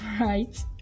right